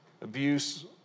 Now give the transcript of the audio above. abuse